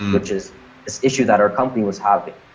um which is this issue that our company was having,